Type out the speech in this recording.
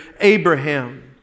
Abraham